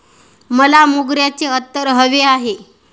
मला मोगऱ्याचे अत्तर हवे आहे